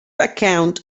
account